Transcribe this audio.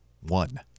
one